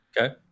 Okay